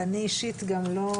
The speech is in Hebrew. ואני אישית גם לא